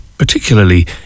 particularly